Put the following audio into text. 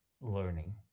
learning